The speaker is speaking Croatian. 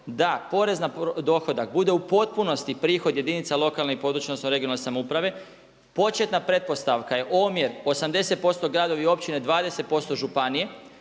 da porez na dohodak bude u potpunosti prihod jedinica lokalne i područne (regionalne) samouprave. Početna pretpostavka je omjer 80% gradovi i općine, 20% županije